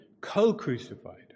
co-crucified